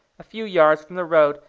a few yards from the road,